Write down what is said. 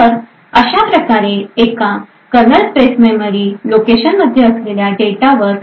तर अशाप्रकारे अशा कर्नल स्पेस मेमरी लोकेशन मध्ये असलेल्या डेटावर